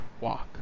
walk